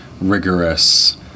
rigorous